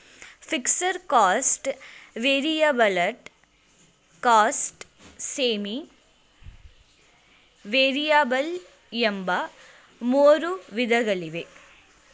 fixed cost, variable cost, semi variable ಎಂಬ ಮೂರು ವಿಧಗಳಿವೆ